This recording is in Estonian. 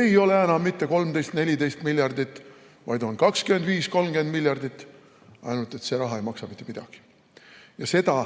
ei ole enam mitte 13–14 miljardit, vaid on 25–30 miljardit. Ainult et see raha ei maksa mitte midagi. Et me